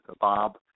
Bob